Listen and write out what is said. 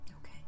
okay